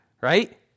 right